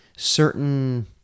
Certain